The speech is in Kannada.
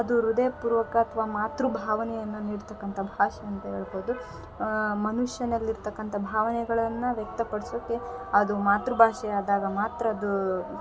ಅದು ಹೃದಯ ಪೂರ್ವಕತ್ವ ಮಾತೃ ಭಾವನೆಯನ್ನು ನೀಡ್ತಕ್ಕಂಥ ಭಾಷೆ ಅಂತ ಹೇಳ್ಬೌದು ಮನುಷ್ಯನಲ್ಲಿರ್ತಕ್ಕಂಥ ಭಾವನೆಗಳನ್ನು ವ್ಯಕ್ತಪಡಿಸೋಕೆ ಅದು ಮಾತೃ ಭಾಷೆ ಆದಾಗ ಮಾತ್ರ ಅದು